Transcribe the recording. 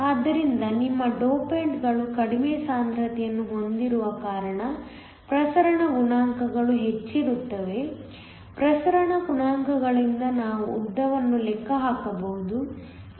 ಆದ್ದರಿಂದ ನಿಮ್ಮ ಡೋಪಾಂಟ್ಗಳು ಕಡಿಮೆ ಸಾಂದ್ರತೆಯನ್ನು ಹೊಂದಿರುವ ಕಾರಣ ಪ್ರಸರಣ ಗುಣಾಂಕಗಳು ಹೆಚ್ಚಿರುತ್ತವೆ ಪ್ರಸರಣ ಗುಣಾಂಕಗಳಿಂದ ನಾವು ಉದ್ದವನ್ನು ಲೆಕ್ಕ ಹಾಕಬಹುದು